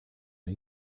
new